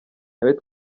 ntawe